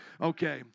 Okay